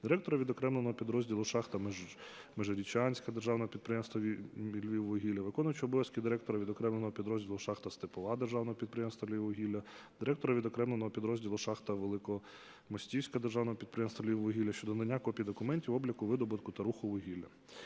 директора відокремленого підрозділу "Шахта "Межирічанська" Державного підприємства "Львіввугілля", виконувача обов'язків директора відокремленого підрозділу "Шахта "Степова" Державного підприємства "Львіввугілля", директора відокремленого підрозділу "Шахта "Великомостівська" Державного підприємства "Львіввугілля" щодо надання копій документів обліку видобутку та руху вугілля.